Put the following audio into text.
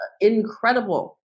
incredible